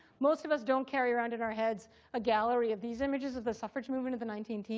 most of us don't carry around in our heads a gallery of these images of the suffrage movement of the nineteen ten